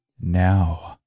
now